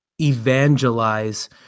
evangelize